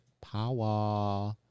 Power